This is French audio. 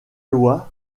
lois